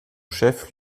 chef